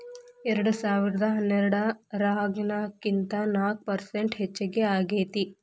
ಎರೆಡಸಾವಿರದಾ ಹನ್ನೆರಡರಾಗಿನಕಿಂತ ನಾಕ ಪರಸೆಂಟ್ ಹೆಚಗಿ ಆಗೇತಿ